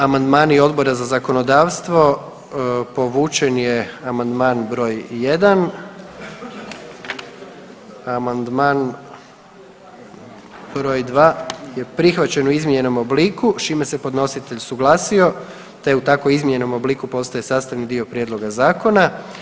Amandmani Odbora za zakonodavstvo povučen je amandman br. 1, amandman br. 2 je prihvaćen u izmijenjenom obliku s čime se podnositelj suglasio te u tako izmijenjenom obliku postaje sastavni dio prijedloga Zakona.